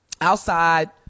outside